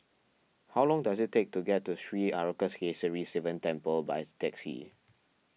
how long does it take to get to Sri Arasakesari Sivan Temple by taxi